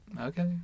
okay